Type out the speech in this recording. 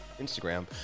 Instagram